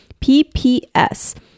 PPS